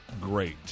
great